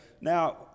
Now